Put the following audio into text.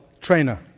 trainer